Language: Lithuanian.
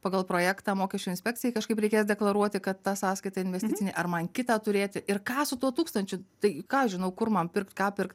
pagal projektą mokesčių inspekcijai kažkaip reikės deklaruoti kad ta sąskaita investicinė ar man kitą turėti ir ką su tuo tūkstančiu tai ką aš žinau kur man pirkt ką pirkt